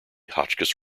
hotchkiss